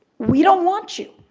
we don't want you.